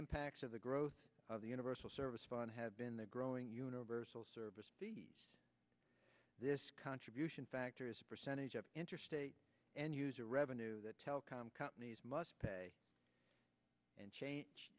impacts of the growth of the universal service fund have been the growing universal service this contribution factor as a percentage of interstate end user revenue the telecom companies must pay and change